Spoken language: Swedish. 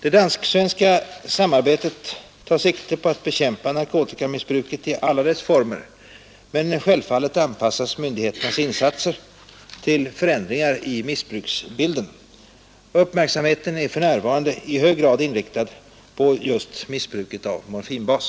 Det dansk-svenska samarbetet tar sikte på att bekämpa narkotikamissbruket i alla dess former, men självfallet anpassas myndigheternas insatser till förändringar i missbruksbilden. Uppmärksamheten är för närvarande i hög grad inriktad på missbruket av morfinbas.